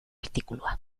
artikulua